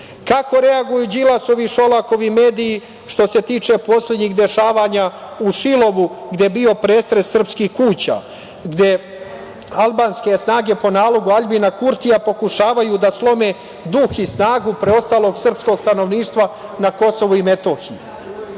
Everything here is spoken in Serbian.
reaguju Đilasovi i Šolakovi mediji što se tiče poslednjih dešavanja u Šilovu, gde je bio pretres srpskih kuća, gde albanske snage po nalogu Aljbina Kurtija pokušavaju da slome duh i snagu preostalog srpskog stanovništva na KiM?